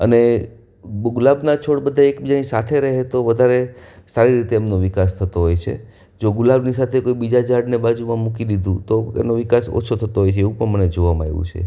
અને ગુલાબના છોડ બધા એકબીજાની સાથે રહે તો વધારે સારી રીતે એમનો વિકાસ થતો હોય છે જો ગુલાબની સાથે કોઈ બીજા ઝાડને બાજુમાં મૂકી દીધું તો એનો વિકાસ ઓછો થતો હોય છે એવું પણ મને જોવામાં આવ્યું છે